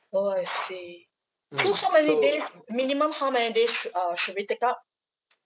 orh I see so how many days minimum how many days shou~ uh should we take up